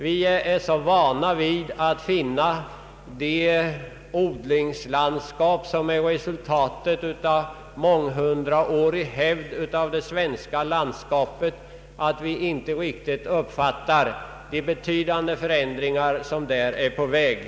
Vi är så vana vid att se det odlingslandskap i vårt land som är resultatet av många hundra års möda att vi inte riktigt inser vilka betydande förändringar som är på väg.